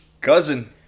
Cousin